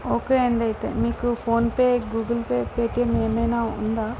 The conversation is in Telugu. ఓకే అండి అయితే మీకు ఫోన్పే గూగుల్ పే పేటియం ఏమైనా ఉందా